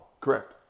Correct